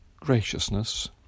graciousness